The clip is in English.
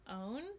own